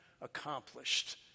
accomplished